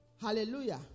Hallelujah